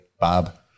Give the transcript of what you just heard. bob